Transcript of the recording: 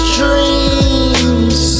dreams